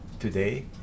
Today